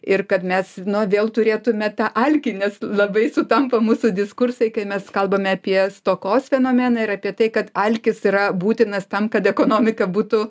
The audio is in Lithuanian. ir kad mes nu vėl turėtume tą alkį nes labai sutampa mūsų diskursai kai mes kalbame apie stokos fenomeną ir apie tai kad alkis yra būtinas tam kad ekonomika būtų